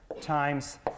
times